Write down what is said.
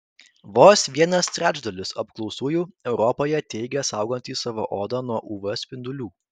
vos vienas trečdalis apklaustųjų europoje teigia saugantys savo odą nuo uv spindulių